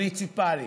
למוניציפלי,